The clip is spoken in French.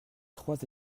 trois